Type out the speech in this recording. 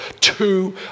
two